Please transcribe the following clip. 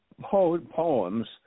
poems